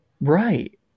Right